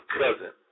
cousin